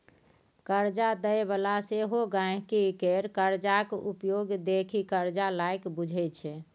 करजा दय बला सेहो गांहिकी केर करजाक उपयोग देखि करजा लायक बुझय छै